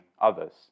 others